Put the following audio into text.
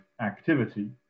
activity